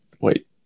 Wait